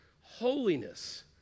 holiness